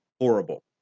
Horrible